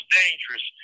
dangerous